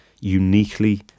Uniquely